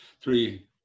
three